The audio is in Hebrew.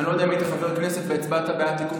אני לא יודע אם היית חבר כנסת והצבעת בעד תיקון